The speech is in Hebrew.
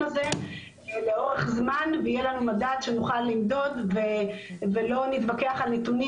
הזה לאורך זמן ויהיה לנו מדד שנוכל למדוד ולא נתווכח על נתונים,